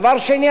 דבר שני,